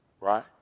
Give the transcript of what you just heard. Right